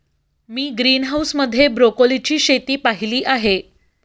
मी greenhouse मध्ये ब्रोकोलीची शेती पाहीली आहे